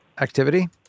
activity